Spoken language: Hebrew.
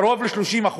קרוב ל-30%.